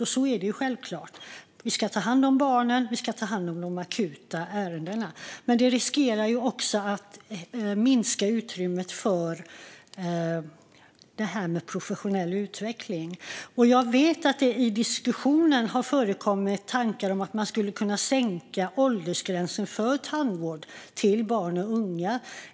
Och det är ju självklart att vi ska ta hand om barnen och de akuta ärendena, men det riskerar att minska utrymmet för det här med professionell utveckling. Jag vet att det i diskussionen har förekommit tankar om att man skulle kunna sänka åldersgränsen för tandvård till barn och unga.